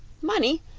money!